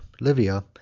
Livia